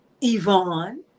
Yvonne